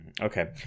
okay